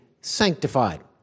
sanctified